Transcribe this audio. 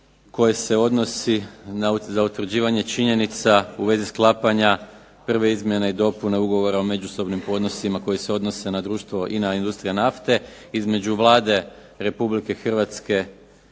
koje se odnosi za utvrđivanje činjenica u vezi sklapanja prve izmjene i dopune ugovora o međusobnim odnosima koji se odnose na društvo INA-industrija nafte između Vlade Republike Hrvatske